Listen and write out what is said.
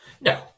No